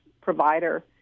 provider